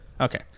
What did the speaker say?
Okay